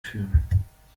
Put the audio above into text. führen